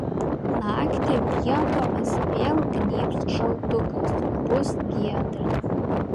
naktį vietomis vėl gnybs šaltukas bus giedra